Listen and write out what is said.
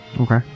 Okay